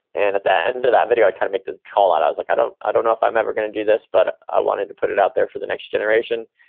and at the end of that video, i kind of make this call out. i was like, i don't i don't know if i'm ever going to do this, but i wanted to put it out there for the next generation.